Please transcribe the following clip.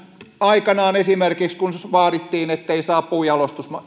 aikanaan esimerkiksi kun vaadittiin ettei saa puunjalostus